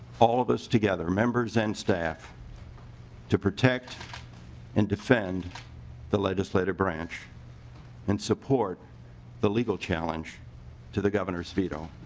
all of us together members and staff to protect and defend the legislative branch and support the legal challenge to the governor's veto.